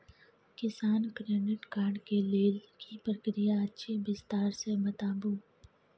किसान credit card के लेल की प्रक्रिया अछि विस्तार से बताबू?